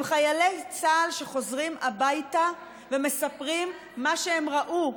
הם חיילי צה"ל שחוזרים הביתה ומספרים מה שהם ראו.